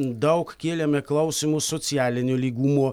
daug kėlėme klausimus socialinių lygmuo